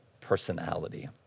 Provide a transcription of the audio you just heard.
personality